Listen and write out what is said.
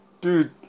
dude